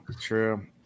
true